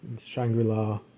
Shangri-La